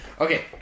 Okay